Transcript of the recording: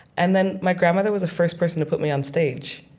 and then my grandmother was the first person to put me on stage.